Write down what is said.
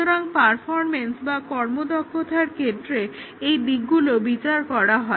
সুতরাং পারফরম্যান্স বা কর্মদক্ষতার ক্ষেত্রে এই দিকগুলো বিচার করা হয়